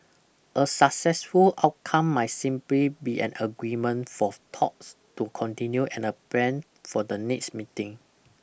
a successful outcome might simply be an agreement for talks to continue and a plan for the next meeting